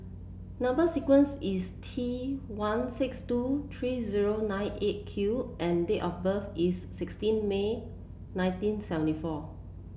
number sequence is T one six two three zero nine Eight Q and date of birth is sixteen May nineteen seventy four